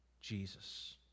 Jesus